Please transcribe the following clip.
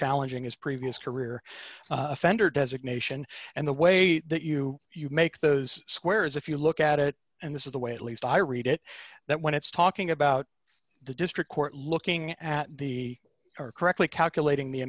challenging his previous career offender designation and the way that you you make those squares if you look at it and this is the way at least i read it that when it's talking about the district court looking at the or correctly calculating the